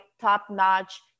top-notch